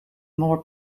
more